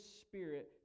spirit